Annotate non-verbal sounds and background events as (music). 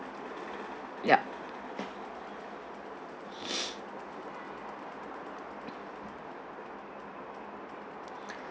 yup (noise)